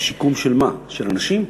שיקום של מה, של אנשים?